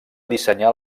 dissenyar